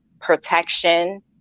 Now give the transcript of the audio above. protection